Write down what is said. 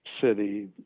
city